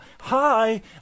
Hi